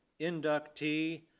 inductee